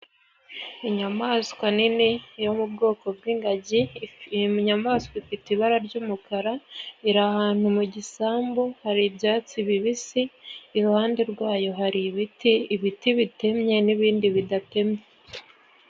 Inyamaswa nini yo mu bwoko bw'ingagi. Iyi nyamaswa ifite ibara ry'umukara, iri ahantu mu gisambu hari ibyatsi bibisi. Iruhande rwayo hari ibiti, ibiti bitemye n'ibindi bidatemye.